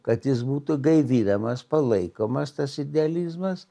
kad jis būtų gaivinamas palaikomas tas idealizmas